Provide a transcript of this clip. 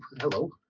hello